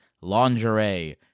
lingerie